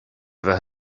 bheith